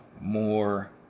more